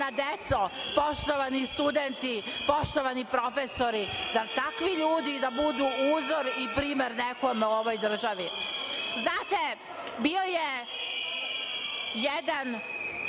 deco, poštovani studenti, poštovani profesori, zar takvi ljudi da budu uzor i primer nekome u ovoj državi? Znate, bio je jedan,